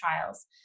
trials